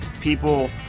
people